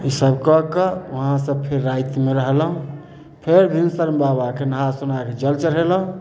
ई सभ कऽ कऽ उहाँ से फिर रातिमे रहलहुॅं फेर भिनसरमे बाबाके नहा सोनाके जल चढ़ेलहुॅं